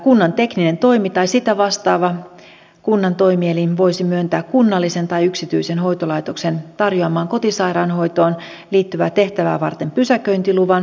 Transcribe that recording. kunnan tekninen toimi tai sitä vastaava kunnan toimielin voisi myöntää kunnallisen tai yksityisen hoitolaitoksen tarjoamaan kotisairaanhoitoon liittyvää tehtävää varten pysäköintiluvan